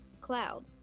cloud